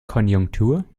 konjunktur